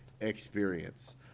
experience